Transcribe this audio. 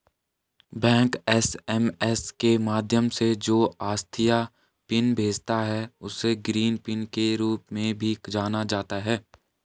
bank SMS के माध्यम से जो अस्थायी पिन भेजता है, उसे ग्रीन पिन के रूप में भी जाना जाता है